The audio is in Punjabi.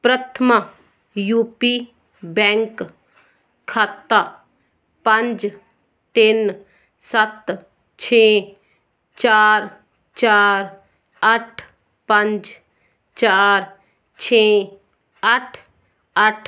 ਪ੍ਰਥਮਾ ਯੂ ਪੀ ਬੈਂਕ ਖਾਤਾ ਪੰਜ ਤਿੰਨ ਸੱਤ ਛੇ ਚਾਰ ਚਾਰ ਅੱਠ ਪੰਜ ਚਾਰ ਛੇ ਅੱਠ ਅੱਠ